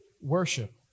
worship